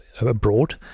abroad